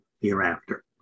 hereafter